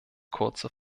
kurze